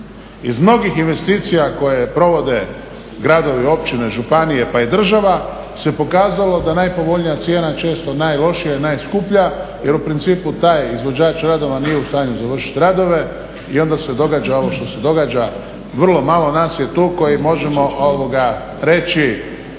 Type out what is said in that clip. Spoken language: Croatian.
Iz mnogih investicija koje provode gradovi, općine, županije pa i država se pokazalo da je najpovoljnija cijena često najlošija i najskuplja jer u principu taj izvođač radova nije u stanju završit radove i onda se događa ovo što se događa. Vrlo malo nas je tu koji možemo reći